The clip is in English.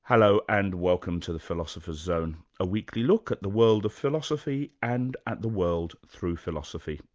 hello, and welcome to the philosopher's zone, a weekly look at the world of philosophy, and at the world through philosophy.